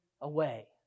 away